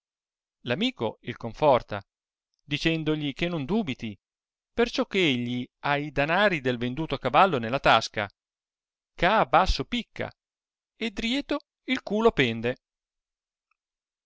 amico il conforta dicendogli che non dubiti perciò che egli ha i danari del venduto cavallo nella tasca eh a basso picca e drieto il culo pende